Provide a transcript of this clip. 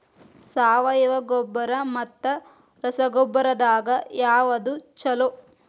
ಸಾವಯವ ಗೊಬ್ಬರ ಮತ್ತ ರಸಗೊಬ್ಬರದಾಗ ಯಾವದು ಛಲೋ?